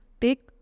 take